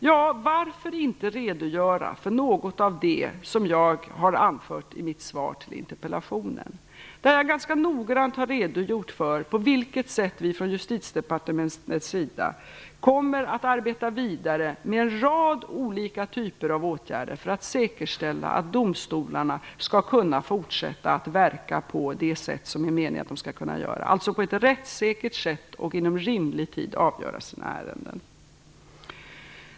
Ja, varför inte redogöra för något av det som jag har anfört i mitt svar på interpellationen? Jag har ganska noggrant redogjort för på vilket sätt vi från Justitiedepartementets sida kommer att arbeta vidare med en rad olika typer av åtgärder för att säkerställa att domstolarna skall kunna fortsätta att verka på det sätt som är avsikten, alltså att på ett rättssäkert sätt och att de inom rimlig tid skall avgöra sina ärenden.